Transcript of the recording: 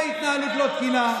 מהי התנהלות לא תקינה?